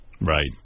Right